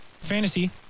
fantasy